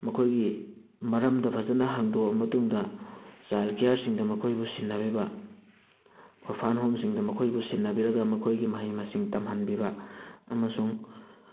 ꯃꯈꯣꯏꯒꯤ ꯃꯔꯝꯗ ꯐꯖꯅ ꯍꯪꯗꯣꯛꯑꯕ ꯃꯇꯨꯡꯗ ꯆꯥꯏꯜ ꯀꯤꯌꯔꯁꯤꯡꯗ ꯃꯈꯣꯏꯕꯨ ꯁꯤꯟꯅꯕꯤꯕ ꯑꯣꯔꯐꯥꯟ ꯍꯣꯝꯁꯤꯡꯗ ꯃꯈꯣꯏꯕꯨ ꯁꯤꯟꯅꯕꯤꯔꯒ ꯃꯈꯣꯏꯒꯤ ꯃꯍꯩ ꯃꯁꯤꯡ ꯇꯝꯍꯟꯕꯤꯕ ꯑꯃꯁꯨꯡ